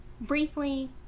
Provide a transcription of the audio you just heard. Briefly